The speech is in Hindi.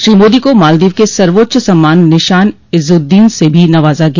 श्री मोदी को मालदीव के सर्वोच्च सम्मान निशान इज्जुद्दीन से भी नवाज़ा गया